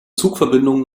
zugverbindungen